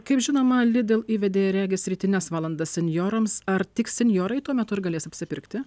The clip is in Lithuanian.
kaip žinoma lidl įvedė regis rytines valandas senjorams ar tik senjorai tuo metu ir galės apsipirkti